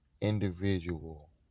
Individual